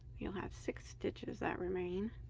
you'll have six stitches that remain